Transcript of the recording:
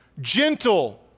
gentle